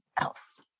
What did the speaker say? else